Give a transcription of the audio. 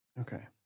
Okay